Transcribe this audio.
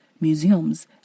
museums